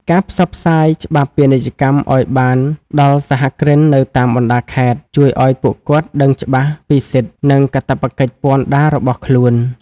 ការផ្សព្វផ្សាយច្បាប់ពាណិជ្ជកម្មឱ្យបានដល់សហគ្រិននៅតាមបណ្ដាខេត្ត ជួយឱ្យពួកគាត់ដឹងច្បាស់ពីសិទ្ធិ និងកាតព្វកិច្ចពន្ធដាររបស់ខ្លួន។